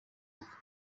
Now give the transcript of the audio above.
imbuga